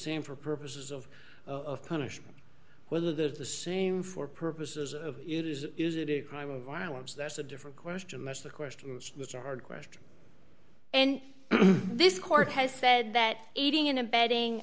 same for purposes of of punishment whether that is the same for purposes of it is is it a crime of violence that's a different question that's the question that's a hard question and this court has said that aiding and abetting